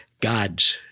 God's